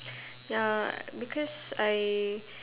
ya because I